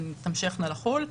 הן תמשכנה לחול.